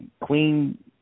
Queen